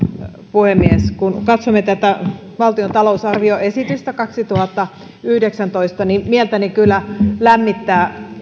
puhemies kun katsomme tätä valtion talousarvioesitystä kaksituhattayhdeksäntoista mieltäni kyllä lämmittää